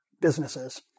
businesses